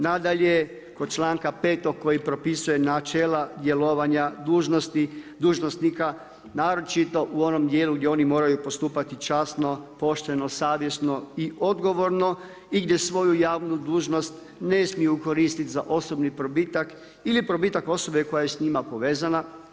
Nadalje kod članka 5. koji propisuje načela djelovanja dužnosnika naročito u onom dijelu gdje oni moraju postupati časno, pošteno savjesno i odgovorno i gdje svoju javnu dužnost ne smiju koristit za osobni probitak ili probitak osobe koja je sa njima povezana.